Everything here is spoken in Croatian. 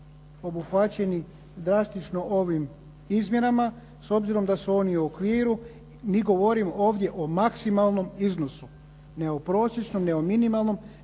drastično ovim izmjenama, s obzirom da su oni u okviru. Mi govorimo ovdje o maksimalnom iznosu, ne o prosječnom, ne o minimalnom,